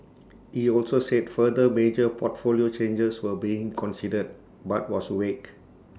he also said further major portfolio changes were being considered but was vague